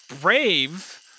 brave